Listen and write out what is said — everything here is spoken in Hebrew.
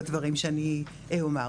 בדברים שאני אומר.